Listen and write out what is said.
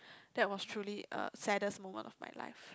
that's was truly a saddest moment of my life